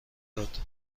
داد